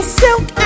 silk